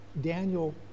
Daniel